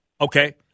Okay